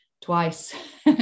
twice